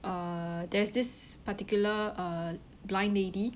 uh there's this particular uh blind lady